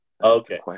Okay